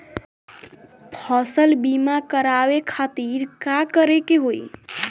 फसल बीमा करवाए खातिर का करे के होई?